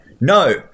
No